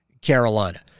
Carolina